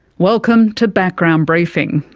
welcome to background briefing.